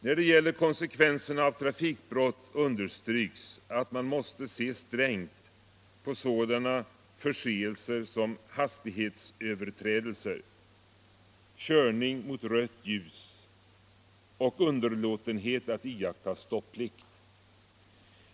När det gäller konsekvenserna av trafikbrott understryks att man måste se strängt på sådana förseelser som hastighetsöverträdelser, körning mot rött ljus och underlåtenhet att iaktta stopplikt.